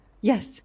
Yes